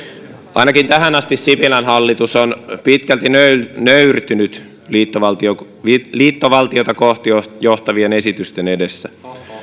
ainakin tähän asti sipilän hallitus on pitkälti nöyrtynyt nöyrtynyt liittovaltiota kohti johtavien esitysten edessä